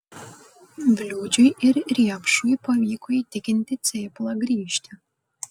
bliūdžiui ir riepšui pavyko įtikinti cėplą grįžti